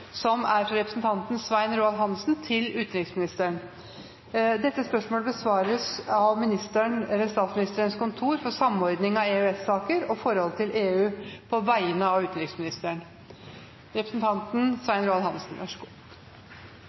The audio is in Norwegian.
som er bortreist. Dette spørsmålet, fra Svein Roald Hansen til utenriksministeren, vil bli besvart av ministeren ved Statsministerens kontor for samordning av EØS-saker og forholdet til EU på vegne av utenriksministeren,